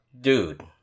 dude